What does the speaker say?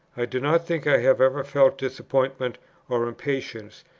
i do not think i have ever felt disappointment or impatience,